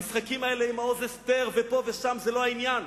המשחקים האלה עם מעוז-אסתר ופה ושם זה לא העניין,